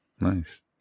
Nice